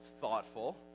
thoughtful